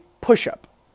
push-up